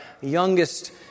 youngest